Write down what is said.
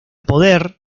poder